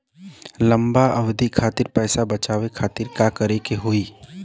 लंबा अवधि खातिर पैसा बचावे खातिर का करे के होयी?